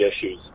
issues